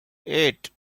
eight